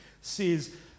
says